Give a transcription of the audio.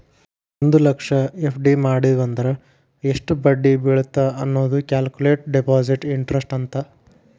ಒಂದ್ ಲಕ್ಷ ಎಫ್.ಡಿ ಮಡಿವಂದ್ರ ಎಷ್ಟ್ ಬಡ್ಡಿ ಬೇಳತ್ತ ಅನ್ನೋದ ಕ್ಯಾಲ್ಕುಲೆಟ್ ಡೆಪಾಸಿಟ್ ಇಂಟರೆಸ್ಟ್ ಅಂತ